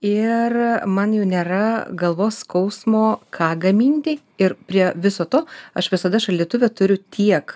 ir man jau nėra galvos skausmo ką gaminti ir prie viso to aš visada šaldytuve turiu tiek